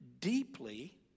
deeply